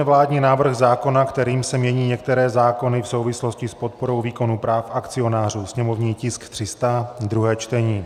Vládní návrh zákona, kterým se mění některé zákony v souvislosti s podporou výkonu práv akcionářů /sněmovní tisk 300/ druhé čtení